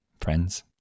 friends